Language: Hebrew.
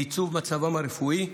ייצוב מצבם הרפואי,